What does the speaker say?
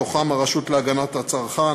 בתוכם הרשות להגנת הצרכן,